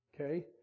Okay